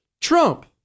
Trump